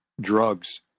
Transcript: drugs